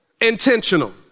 intentional